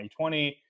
2020